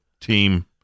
team